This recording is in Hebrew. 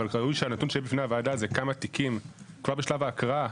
אבל ראוי שהנתון שיהיה בפני הוועדה הוא כמה תיקים כבר בשלב ההקראה,